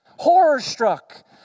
horror-struck